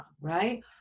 right